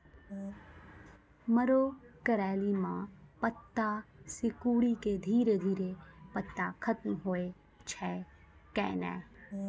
मरो करैली म पत्ता सिकुड़ी के धीरे धीरे पत्ता खत्म होय छै कैनै?